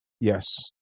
yes